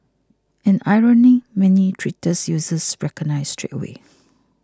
an irony many Twitter users recognised straight away